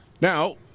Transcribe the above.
now